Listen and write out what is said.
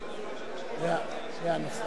הצעת חוק ממשלתית,